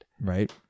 Right